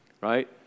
Right